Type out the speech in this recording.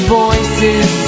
voices